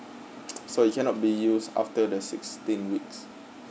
so it cannot be used after the sixteen weeks